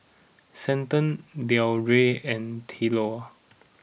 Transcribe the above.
Stanton Deondre and Theola